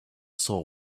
soul